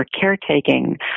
caretaking